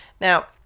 Now